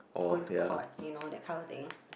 going to court you know that kind of thing